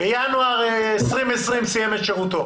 בשנת 2020 סיים את שירותו